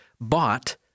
Bought